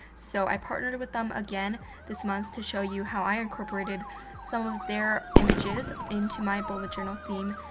so, i partnered with them again this month to show you how i incorporated some of their images into my bullet journal theme.